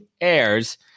airs